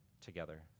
together